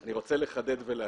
אני רוצה לחדד ולהגיד: